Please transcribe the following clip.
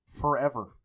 forever